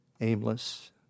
aimless